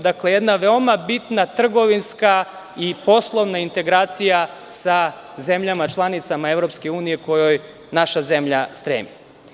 Dakle, jedna veoma bitna trgovinska i poslovna integracija sa zemljama članicama EU kojoj naša zemlja stremi.